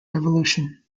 revolution